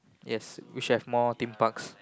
yes we should have more theme parks